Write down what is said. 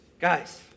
Guys